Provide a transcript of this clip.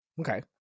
Okay